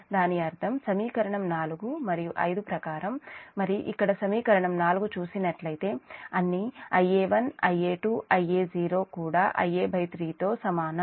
దాని అర్థం సమీకరణం 4 మరియు 5 ప్రకారం మరి ఇక్కడ సమీకరణం 4 చూసినట్లయితే అన్నీ Ia1 Ia2 Ia0 కూడా Ia3 తో సమానం